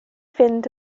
fynd